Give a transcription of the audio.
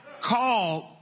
called